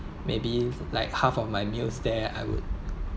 maybe like half of my meals there I would